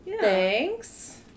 Thanks